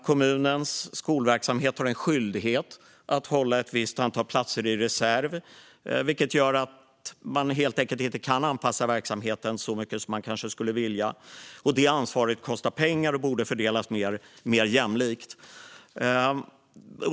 Kommunens skolverksamhet är skyldig att hålla ett visst antal platser i reserv. Det gör att man helt enkelt inte kan anpassa verksamheten så mycket som man kanske skulle vilja. Det ansvaret kostar pengar och borde fördelas mer jämlikt.